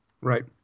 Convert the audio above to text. Right